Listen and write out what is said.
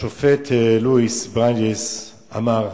השופט לואיס ברנדייס אמר: